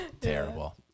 Terrible